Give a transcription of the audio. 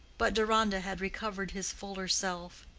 but deronda had recovered his fuller self.